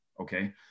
okay